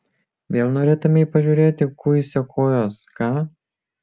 vėl norėtumei pažiūrėti kuisio kojos ką